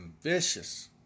vicious